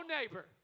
neighbor